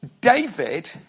David